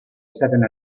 izaten